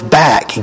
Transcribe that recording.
back